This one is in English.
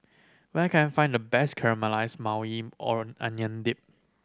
where can I find the best Caramelized Maui Ong Onion Dip